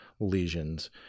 lesions